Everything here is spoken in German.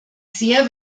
sehr